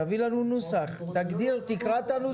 תביא לנו נוסח, תקרא את הנוסח.